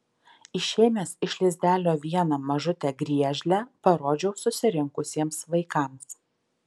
išėmęs iš lizdelio vieną mažutę griežlę parodžiau susirinkusiems vaikams